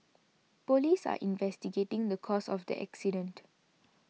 police are investigating the cause of the accident